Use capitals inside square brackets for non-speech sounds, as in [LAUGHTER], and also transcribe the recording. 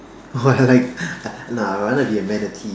or I like [LAUGHS] nah I rather be a manatee